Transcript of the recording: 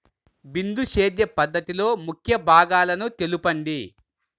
బిందు సేద్య పద్ధతిలో ముఖ్య భాగాలను తెలుపండి?